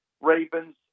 Ravens